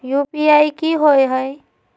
UPI कि होअ हई?